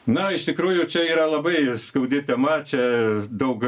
na iš tikrųjų čia yra labai skaudi tema čia daug